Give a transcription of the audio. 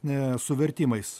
ne su vertimais